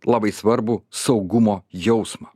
labai svarbų saugumo jausmą